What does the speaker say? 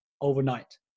overnight